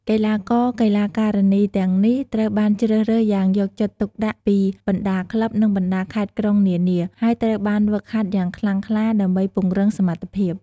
កីឡាករ កីឡាការិនីទាំងនេះត្រូវបានជ្រើសរើសយ៉ាងយកចិត្តទុកដាក់ពីបណ្ដាក្លឹប និងបណ្ដាខេត្តក្រុងនានា ហើយត្រូវបានហ្វឹកហាត់យ៉ាងខ្លាំងក្លាដើម្បីពង្រឹងសមត្ថភាព។